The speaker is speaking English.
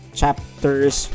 chapters